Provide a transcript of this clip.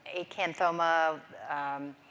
acanthoma